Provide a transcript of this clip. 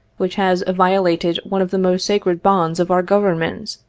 which has violated one of the most sacred bonds of our government,